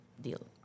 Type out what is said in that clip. deal